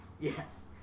Yes